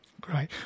Great